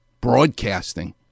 broadcasting